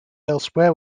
elsewhere